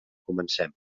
comencem